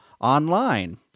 online